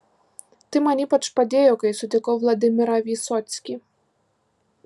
tai man ypač padėjo kai sutikau vladimirą vysockį